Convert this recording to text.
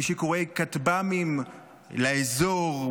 משיגורי כטבמי"ם לאזור,